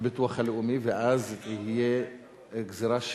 הביטוח הלאומי, ואז תהיה גזירה שוויונית,